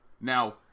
Now